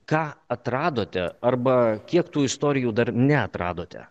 ką atradote arba kiek tų istorijų dar neatradote